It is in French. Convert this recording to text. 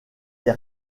des